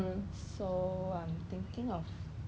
is it safe to get from China